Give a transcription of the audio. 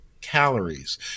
calories